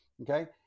okay